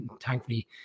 Thankfully